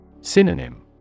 Synonym